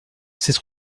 sept